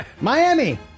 Miami